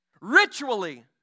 ritually